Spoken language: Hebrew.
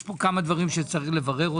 יש פה כמה דברים שיש לבררם.